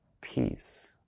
peace